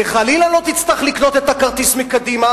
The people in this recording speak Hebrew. וחלילה לא תצטרך לקנות את הכרטיס מקדימה